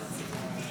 סעד.